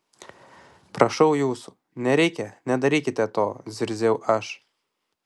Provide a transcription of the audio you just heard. prašau jūsų nereikia nedarykite to zirziau aš